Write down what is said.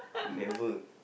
never